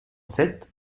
sept